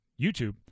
YouTube